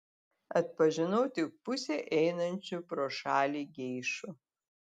atpažinau tik pusę einančių pro šalį geišų